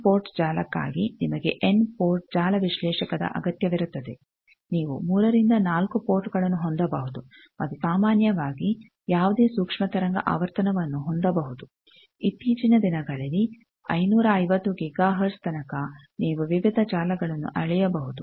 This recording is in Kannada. ಎನ್ ಪೋರ್ಟ್ ಜಾಲಕ್ಕಾಗಿ ನಿಮಗೆ ಎನ್ ಪೋರ್ಟ್ ಜಾಲ ವಿಶ್ಲೇಷಕದ ಅಗತ್ಯವಿರುತ್ತದೆ ನೀವು 3 4 ಪೋರ್ಟ್ಗಳನ್ನು ಹೊಂದಬಹುದು ಮತ್ತು ಸಾಮಾನ್ಯವಾಗಿ ಯಾವುದೇ ಸೂಕ್ಷ್ಮ ತರಂಗ ಆವರ್ತನವನ್ನು ಹೊಂದಬಹುದು ಇತ್ತೀಚಿನ ದಿನಗಳಲ್ಲಿ 550 ಗಿಗಾ ಹರ್ಟ್ಜ್ ತನಕ ನೀವು ವಿವಿಧ ಜಾಲಗಳನ್ನು ಅಳೆಯಬಹುದು